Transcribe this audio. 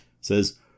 says